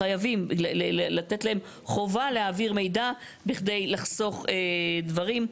חייבים לתת להם חובה להעביר מידע בכדי לחסוך דברים,